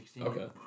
Okay